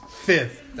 Fifth